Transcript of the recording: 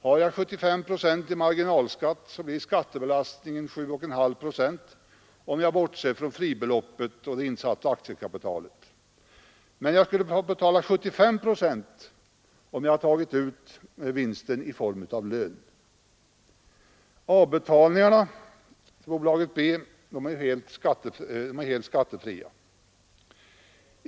Har jag 75 procents marginalskatt, blir skattebelastningen 7,5 procent, om jag bortser från fribeloppet och det insatta aktiekapitalet, mot 75 procent om jag tagit ut vinsten som lön. Avbetalningarna på lånet från bolaget B är helt skattefria.